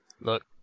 Look